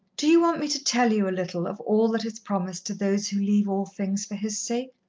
do you want me to tell you a little of all that is promised to those who leave all things for his sake?